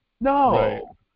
No